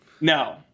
No